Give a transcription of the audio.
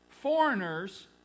foreigners